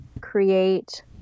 create